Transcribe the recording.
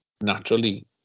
naturally